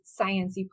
sciencey